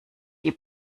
die